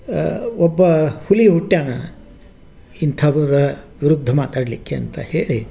ಒಬ್ಬ ಹುಲಿ ಹುಟ್ಯಾನ ಇಂಥವರ ವಿರುದ್ಧ ಮಾತಾಡಲಿಕ್ಕೆ ಅಂತ ಹೇಳಿ